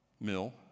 mill